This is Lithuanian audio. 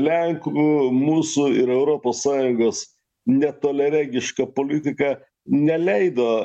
lenkų mūsų ir europos sąjungos netoliaregiška politika neleido